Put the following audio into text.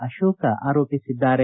ಅಶೋಕ ಆರೋಪಿಸಿದ್ದಾರೆ